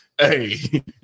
hey